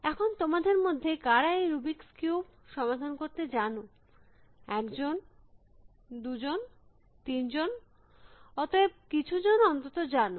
এখন তোমাদের মধ্যে কারা এই রুবিক্স কিউব সমাধান করতে জানো একজন দুজন তিনজন অতএব কিছু জন অন্তত জানো